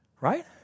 right